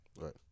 Right